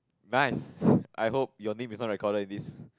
nice I hope your name is not record like this